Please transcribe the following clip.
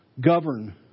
Govern